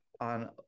on